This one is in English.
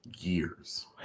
years